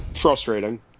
frustrating